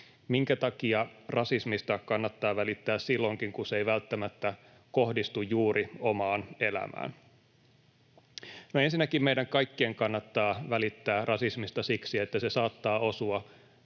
Minkä takia rasismista kannattaa välittää silloinkin, kun se ei välttämättä kohdistu juuri omaan elämään? No, ensinnäkin meidän kaikkien kannattaa välittää rasismista siksi, että se saattaa osua